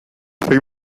soy